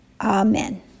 Amen